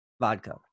Vodka